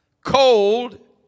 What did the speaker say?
cold